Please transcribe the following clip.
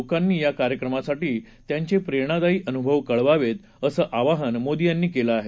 लोकांनी या कार्यक्रमासाठी त्यांचे प्रेरणादायी अनुभव कळवावेत असं आवाहन मोदी यांना केलं आहे